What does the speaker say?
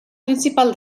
principal